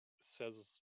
says